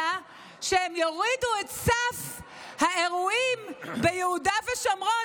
הייתה שהם יורידו את סף האירועים ביהודה ושומרון?